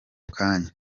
kanya